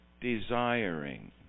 desiring